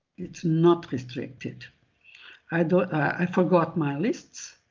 it's not restricted i i forgot my lists,